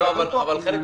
עשינו פה חלק מהדיונים.